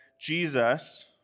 Jesus